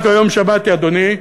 רק היום שמעתי, אדוני,